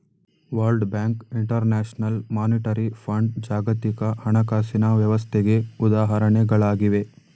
world Bank, International Monetary Fund ಜಾಗತಿಕ ಹಣಕಾಸಿನ ವ್ಯವಸ್ಥೆಗೆ ಉದಾಹರಣೆಗಳಾಗಿವೆ